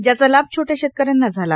ज्याचा लाभ छोट्या शेतकऱ्यांना झाला